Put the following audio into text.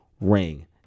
ring